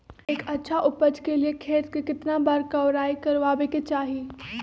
एक अच्छा उपज के लिए खेत के केतना बार कओराई करबआबे के चाहि?